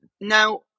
Now